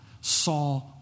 saw